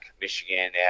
Michigan